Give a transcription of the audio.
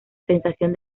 sensación